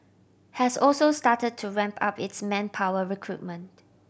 has also start to ramp up its manpower recruitment